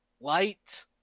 light